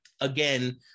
again